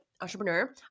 entrepreneur